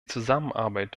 zusammenarbeit